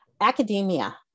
Academia